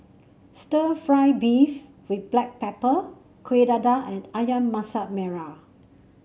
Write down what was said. stir fry beef with Black Pepper Kuih Dadar and ayam Masak Merah